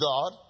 God